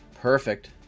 Perfect